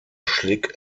schlick